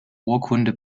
urkunde